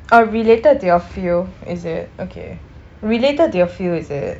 got related to your field is it okay related to your field is it